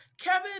Kevin